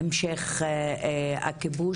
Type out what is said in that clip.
המשך הכיבוש,